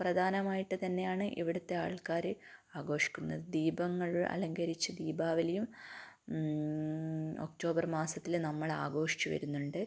പ്രധാനമായിട്ട് തന്നെയാണ് ഇവിടുത്തെ ആൾക്കാർ ആഘോഷിക്കുന്നത് ദീപങ്ങൾ അലങ്കരിച്ച് ദീപാവലിയും ഒക്ടോബർ മാസത്തിൽ നമ്മൾ ആഘോഷിച്ച് വരുന്നുണ്ട്